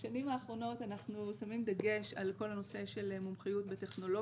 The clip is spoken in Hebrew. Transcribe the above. בשנים האחרונות אנחנו שמים דגש על כל הנושא של מומחיות בטכנולוגיה,